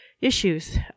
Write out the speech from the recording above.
issues